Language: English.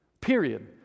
period